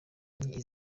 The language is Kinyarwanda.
iri